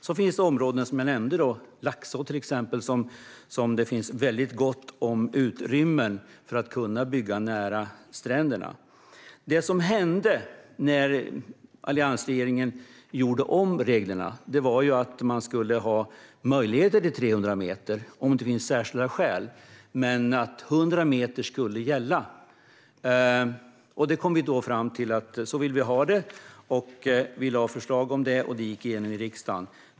Sedan finns det områden - till exempel Laxå, som jag nämnde - där det finns väldigt gott om utrymme för att kunna bygga nära stränderna. När alliansregeringen gjorde om reglerna skulle det finnas möjlighet att utöka till 300 meter om det finns särskilda skäl, men 100 meter skulle gälla. Vi kom fram till att vi ville ha det så, vi lade fram förslag om det och det gick igenom i riksdagen.